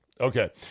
Okay